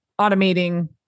automating